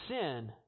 sin